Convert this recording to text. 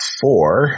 four